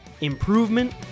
improvement